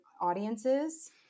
audiences